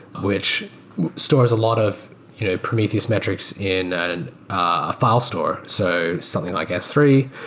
which stores a lot of you know prometheus metrics in and a file store, so something like s three,